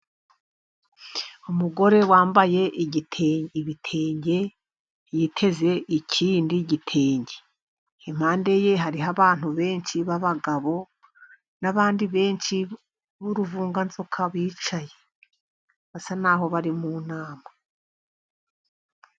Umugore wambaye ibitenge. Yiteze ikindi gitenge. Impande ye hariho abantu benshi b'abagabo, n'abandi benshi b'uruvunganzoka bicaye. Basa n'aho bari mu nama.